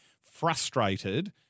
frustrated